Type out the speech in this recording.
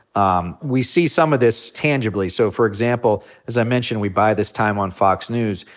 um we see some of this tangibly. so, for example, as i mentioned, we buy this time on fox news.